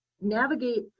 Navigate